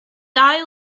dau